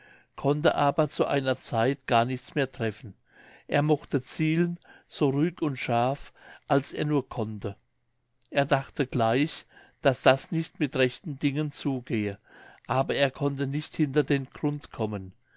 konnte aber zu einer zeit gar nichts mehr treffen er mochte zielen so richtig und scharf als er nur konnte er dachte gleich daß das nicht mit rechten dingen zugehe aber er konnte nicht hinter den grund kommen